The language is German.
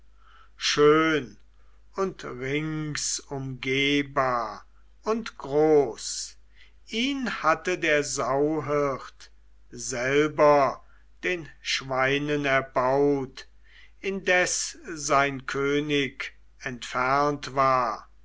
schön und ringsumgehbar und groß ihn hatte der sauhirt selber den schweinen erbaut indes sein könig entfernt war